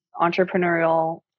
entrepreneurial